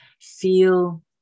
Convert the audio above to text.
feel